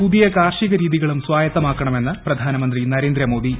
പോലുള്ള പുതിയ കാർഷിക രീതികളും സ്വായത്തമാക്കണമെന്ന് പ്രധാന്റുമീന്ത്രി നരേന്ദ്രമോദി